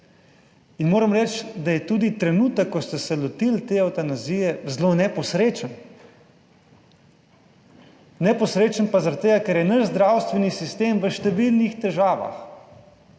Moram reči, da je tudi trenutek, ko ste se lotili te evtanazije zelo neposrečen. Neposrečen pa, zaradi tega, ker je naš zdravstveni sistem v številnih težavah.